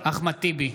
אחמד טיבי,